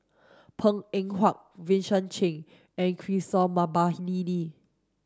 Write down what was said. Png Eng Huat Vincent Cheng and Kishore Mahbubani